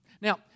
Now